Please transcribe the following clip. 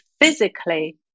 physically